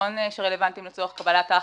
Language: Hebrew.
הביטחון שרלוונטיים לצורך קבלת ההחלטה.